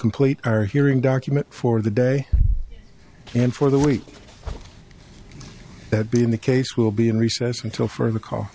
complete our hearing document for the day and for the week that being the case will be in recess until for the call